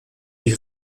die